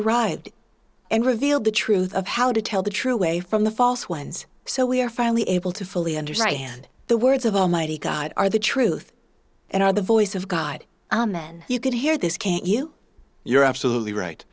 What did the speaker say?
arrived and revealed the truth of how to tell the true way from the false ones so we are finally able to fully understand the words of almighty god are the truth and are the voice of god amen you could hear this can't you you're absolutely right